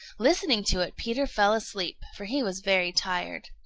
listening to it, peter fell asleep, for he was very tired.